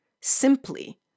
simply